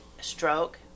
Stroke